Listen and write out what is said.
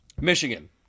Michigan